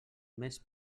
més